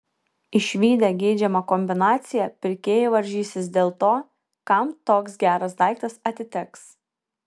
išvydę geidžiamą kombinaciją pirkėjai varžysis dėl to kam toks geras daiktas atiteks